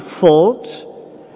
fault